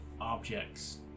objects